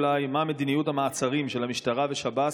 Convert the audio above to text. אולי: מה מדיניות המעצרים של המשטרה והשב"ס